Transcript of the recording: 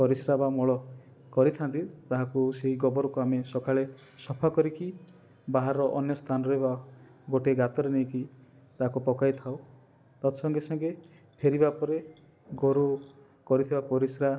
ପରିସ୍ରା ବା ମଳ କରିଥାନ୍ତି ତାହାକୁ ସେଇ ଗୋବରକୁ ଆମେ ସକାଳେ ସଫା କରିକି ବାହର ଅନ୍ୟ ସ୍ଥାନରେ ବା ଗୋଟେ ଗାତରେ ନେଇକି ତାକୁ ପକେଇଥାଉ ତତ୍ସଙ୍ଗେ ସଙ୍ଗେ ଫେରିବା ପରେ ଗୋରୁ କରିଥିବା ପରିସ୍ରା